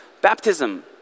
baptism